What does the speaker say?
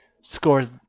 scores